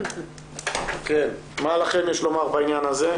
מה לכם יש לומר בעניין הזה?